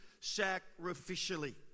sacrificially